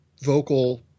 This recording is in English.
vocal